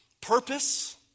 purpose